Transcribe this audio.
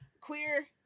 queer